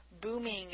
booming